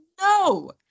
no